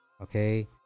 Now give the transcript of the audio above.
okay